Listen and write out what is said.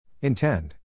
Intend